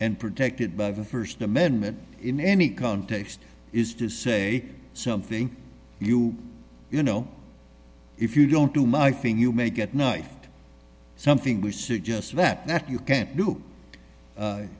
and protected by the st amendment in any context is to say something you you know if you don't do my thing you make at night something we suggest that you can't do